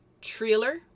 trailer